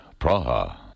Praha